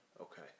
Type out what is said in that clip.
Okay